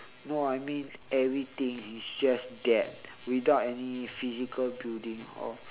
no I mean everything it's just that without any physical building of